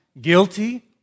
Guilty